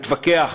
התווכח,